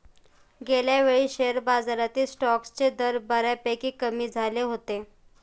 गेल्यावेळी शेअर बाजारातील स्टॉक्सचे दर बऱ्यापैकी कमी झाले होते